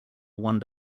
one